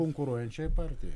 konkuruojančiai partijai